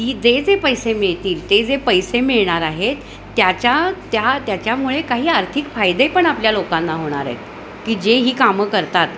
की जे जे पैसे मिळतील ते जे पैसे मिळणार आहेत त्याच्या त्या त्याच्यामुळे काही आर्थिक फायदे पण आपल्या लोकांना होणार आहेत की जे ही कामं करतात